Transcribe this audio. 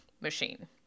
machine